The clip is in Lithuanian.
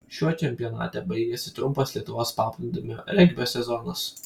šiuo čempionate baigėsi trumpas lietuvos paplūdimio regbio sezonas